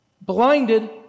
blinded